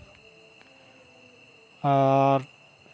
ᱟᱨ